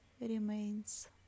remains